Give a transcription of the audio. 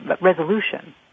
resolution